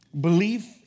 Belief